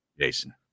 Jason